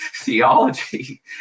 theology